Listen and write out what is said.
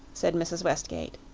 said mrs. westgate.